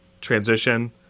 transition